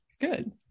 good